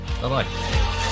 Bye-bye